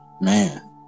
Man